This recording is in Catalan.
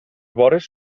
vores